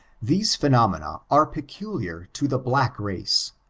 these phenomena are peculiar to the black race.